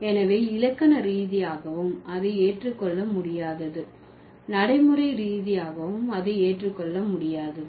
எனவே இலக்கணரீதியாகவும் அது ஏற்றுக்கொள்ள முடியாதது நடைமுறைரீதியாகவும் அது ஏற்று கொள்ள முடியாதது